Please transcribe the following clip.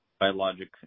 Biologic